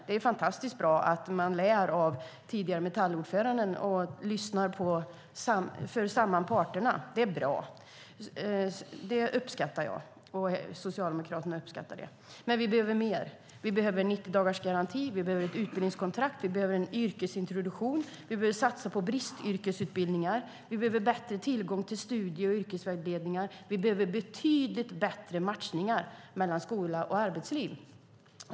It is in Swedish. Det är fantastiskt bra att de lär av den tidigare Metallordföranden och för samman parterna. Det är bra. Det uppskattar jag och Socialdemokraterna. Men vi behöver mer. Vi behöver 90-dagarsgaranti, vi behöver ett utbildningskontrakt, vi behöver en yrkesintroduktion, vi behöver satsa på bristyrkesutbildningar, vi behöver bättre tillgång till studie och yrkesvägledningar, och vi behöver betydligt bättre matchningar mellan skola och arbetsliv.